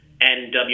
NW